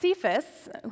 Cephas